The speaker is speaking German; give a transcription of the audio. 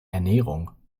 ernährung